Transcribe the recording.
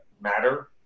Matter